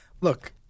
Look